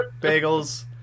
Bagels